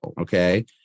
okay